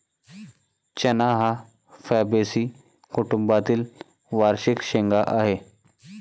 चणा हा फैबेसी कुटुंबातील वार्षिक शेंगा आहे